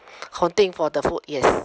hunting for the food yes